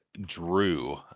Drew